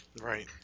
Right